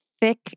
thick